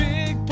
Big